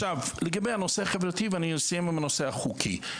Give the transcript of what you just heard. לגבי הנושא החברתי ואני אסיים עם הנושא החוקי.